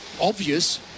obvious